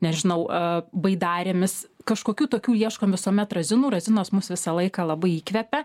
nežinau baidarėmis kažkokių tokių ieškom visuomet razinų razinos mus visą laiką labai įkvepia